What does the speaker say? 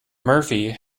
murphy